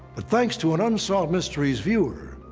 but thanks to an unsolved mysteries viewer,